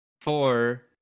four